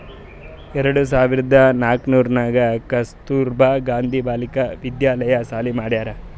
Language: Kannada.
ಎರಡು ಸಾವಿರ್ದ ನಾಕೂರ್ನಾಗ್ ಕಸ್ತೂರ್ಬಾ ಗಾಂಧಿ ಬಾಲಿಕಾ ವಿದ್ಯಾಲಯ ಸಾಲಿ ಮಾಡ್ಯಾರ್